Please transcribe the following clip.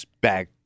back